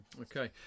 okay